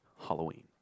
Halloween